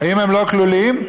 אם הם לא כלולים, לא כלולים.